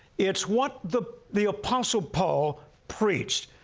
it's what the the apostle paul preached.